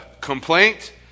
complaint